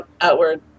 outward